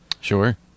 Sure